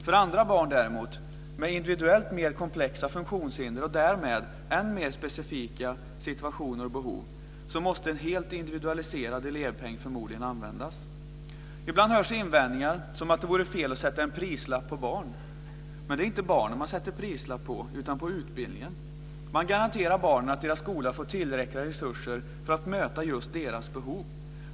För andra barn däremot, med individuellt mer komplexa funktionshinder och därmed än mer specifika situationer och behov, måste förmodligen en helt individualiserad elevpeng användas. Ibland hörs invändningar som att det vore fel att "sätta en prislapp på barn". Det är inte på barnen som man sätter prislappen utan på utbildningen. Man garanterar barnen att deras skola får tillräckliga resurser för att möta just deras behov.